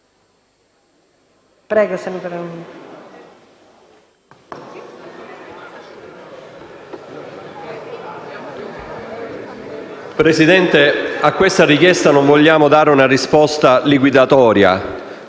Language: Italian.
Presidente, a questa richiesta non vogliamo dare una risposta liquidatoria,